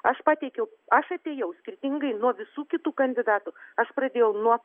aš pateikiau aš atėjau skirtingai nuo visų kitų kandidatų aš pradėjau nuo